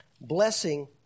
blessing